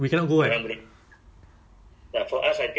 ya but somebody must handle that [what]